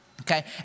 okay